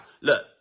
look